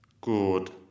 Good